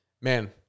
Man